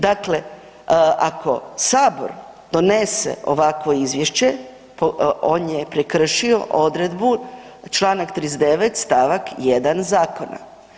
Dakle, ako Sabor donese ovakvo izvješće, on je prekršio odredbu čl. 39. stavak 1. zakona.